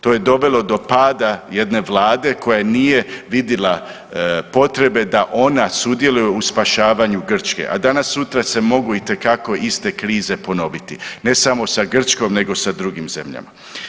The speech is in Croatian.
To je dovelo do pada jedne vlade koja nije vidjela potrebe da ona sudjeluje u spašavanju Grčke, a danas sutra se mogu itekako iste krize ponoviti ne samo sa Grčkom, nego sa drugim zemljama.